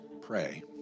Pray